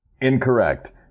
Incorrect